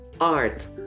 art